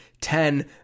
Ten